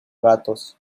gatos